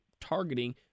targeting